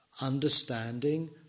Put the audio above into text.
understanding